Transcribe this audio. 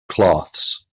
cloths